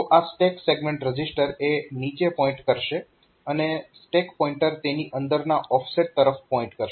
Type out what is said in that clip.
તો આ stack segment register એ નીચે પોઇન્ટ કરશે અને સ્ટેક પોઈન્ટર તેની અંદરના ઓફસેટ તરફ પોઇન્ટ કરશે